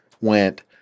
went